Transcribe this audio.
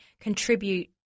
contribute